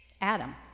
Adam